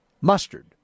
mustard